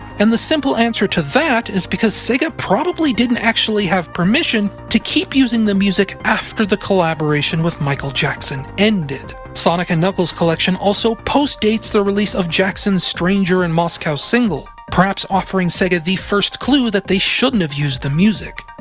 and the simple answer to that is because sega probably didn't actually have permission to keep using the music after the collaboration with michael jackson ended. sonic and knuckles collection also post-dates the release of jackson's stranger in moscow single, perhaps offering sega the first clue that they shouldn't have used the music.